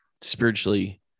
spiritually